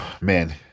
man